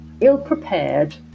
ill-prepared